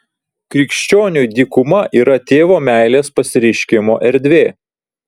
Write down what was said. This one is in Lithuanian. krikščioniui dykuma yra tėvo meilės pasireiškimo erdvė